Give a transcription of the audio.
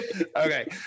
Okay